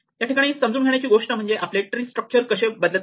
या ठिकाणी समजून घेण्याची गोष्ट म्हणजे आपले ट्री स्ट्रक्चर कसे बदलत आहे